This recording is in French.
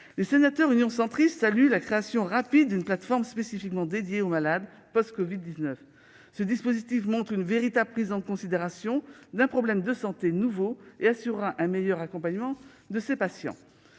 Les sénateurs du groupe Union Centriste saluent la création rapide d'une plateforme spécifiquement dédiée aux malades « post-covid-19 ». Ce dispositif témoigne de la véritable prise en considération d'un problème de santé nouveau et assurera un meilleur accompagnement des patients.